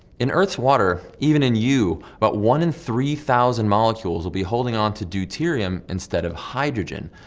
in earth's water, even in you, about one in three thousand molecules will be holding onto deuterium instead of hydrogen.